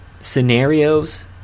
scenarios